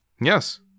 Yes